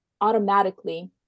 automatically